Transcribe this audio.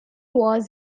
was